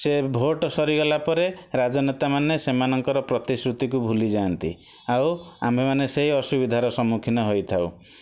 ସେ ଭୋଟ୍ ସରିଗଲା ପରେ ରାଜନେତା ମାନେ ସେମାନଙ୍କର ପ୍ରତିଶୃତିକୁ ଭୁଲିଯାଆନ୍ତି ଆଉ ଆମେମାନେ ସେଇ ଅସୁବିଧାର ସମ୍ମୁଖୀନ ହୋଇଥାଉ